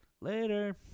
Later